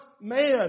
man